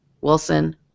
Wilson